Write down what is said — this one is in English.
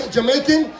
Jamaican